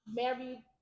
married